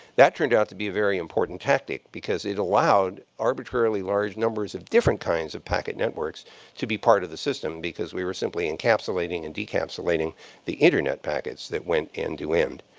that turned out to be a very important tactic, because it allowed arbitrarily large numbers of different kinds of packet networks to be part of the system, because we were simply encapsulating and decapsulating the internet packets that went end to end.